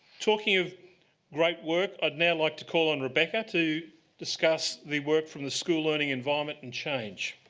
talking of great work, i'd now like to call on rebecca to discuss the work from the school learning environment and change.